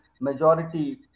majority